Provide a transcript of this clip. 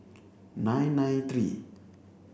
nine nine three